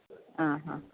ആ ആ